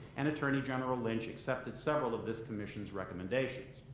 and attorney general lynch accepted several of this commission's recommendations.